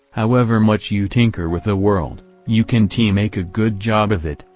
however much you tinker with the world, you can t make a good job of it,